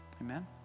Amen